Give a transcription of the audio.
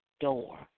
door